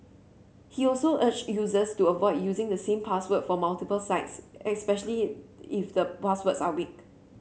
he also urged users to avoid using the same password for multiple sites especially if the password are weak